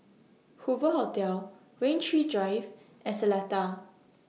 Hoover Hotel Rain Tree Drive and Seletar